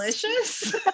delicious